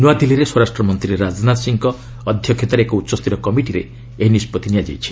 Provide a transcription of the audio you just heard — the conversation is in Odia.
ନ୍ତଆଦିଲ୍ଲୀରେ ସ୍ୱରାଷ୍ଟ୍ରମନ୍ତ୍ରୀ ରାଜନାଥ ସିଂହଙ୍କ ଅଧ୍ୟକ୍ଷତାରେ ଏକ ଉଚ୍ଚସ୍ତରୀୟ କମିଟିରେ ଏହି ନିଷ୍ପଭି ନିଆଯାଇଛି